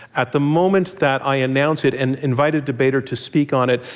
at the moment that i announce it and invite a debater to speak on it,